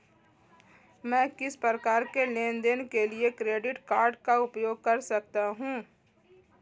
मैं किस प्रकार के लेनदेन के लिए क्रेडिट कार्ड का उपयोग कर सकता हूं?